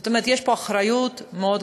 זאת אומרת, יש פה אחריות מאוד גדולה,